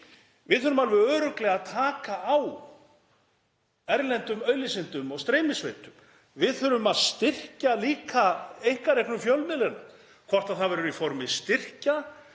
Við þurfum alveg örugglega að taka á erlendum auglýsendum og streymisveitum. Við þurfum líka að styrkja einkareknu fjölmiðlana. Hvort það verður í formi styrkja,